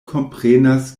komprenas